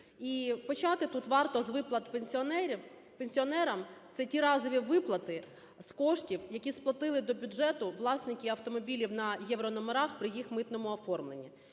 І почати тут варто з виплат пенсіонерам. Це ті разові виплати з коштів, які сплатили до бюджету власники автомобілів на єврономерах при їх митному оформленні.